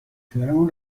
خیالمون